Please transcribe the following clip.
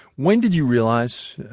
when did you realize,